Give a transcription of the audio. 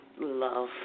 love